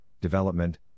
development